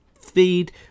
feed